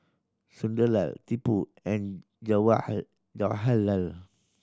Sunderlal Tipu and Jawaharlal